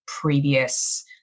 previous